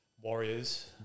warriors